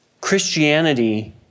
Christianity